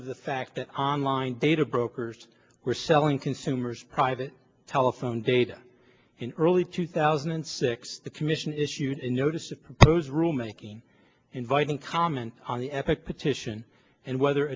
of the fact that on line data brokers were selling consumers private telephone data in early two thousand and six the commission issued a notice of proposed rule making inviting comment on the epic petition and whether